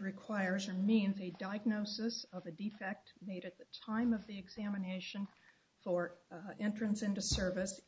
requires from me and a diagnosis of a defect made at the time of the examination for entrance into service